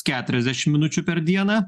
keturiasdešim minučių per dieną